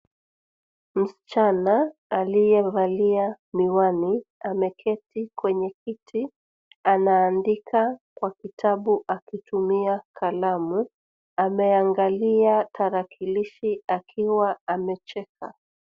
Msichana aliyevalia miwani, ameketi kwenye kiti, anaandika kwa kitabu akitumia kalamu ,ameangalia tarakilishi akiwa amecheka.